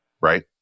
right